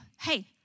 hey